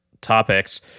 topics